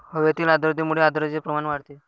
हवेतील आर्द्रतेमुळे आर्द्रतेचे प्रमाण वाढते